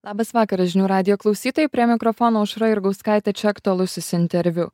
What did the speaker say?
labas vakaras žinių radijo klausytojai prie mikrofono aušra jurgauskaitė čia aktualusis interviu